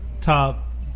top